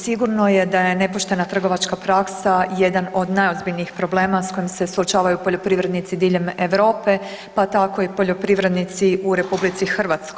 Sigurno je da je nepoštena trgovačka praksa jedan od najozbiljnijih problema s kojima se suočavaju poljoprivrednici diljem Europe pa tako i poljoprivrednici u RH.